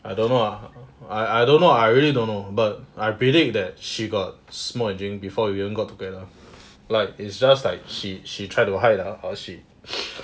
I don't know lah I I don't know I really don't know but I predict that she got smoke and drink before we even got together like is just like she she tried to hide lah or she